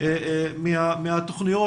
מהתכניות